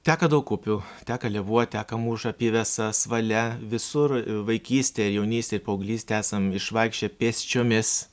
teka daug upių teka lėvuo teka mūša pyvesa svalia visur vaikystėj ir jaunystėj ir paauglystėj esam išvaikščioję pėsčiomis